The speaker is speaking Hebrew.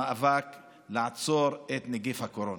במאבק לעצור את נגיף הקורונה.